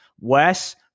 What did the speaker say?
Wes